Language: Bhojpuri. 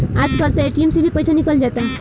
आज कल त ए.टी.एम से ही पईसा निकल जाता